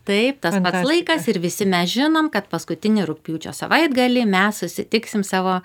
taip tas pats laikas ir visi mes žinom kad paskutinį rugpjūčio savaitgalį mes susitiksim savo